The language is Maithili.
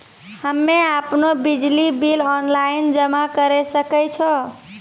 हम्मे आपनौ बिजली बिल ऑनलाइन जमा करै सकै छौ?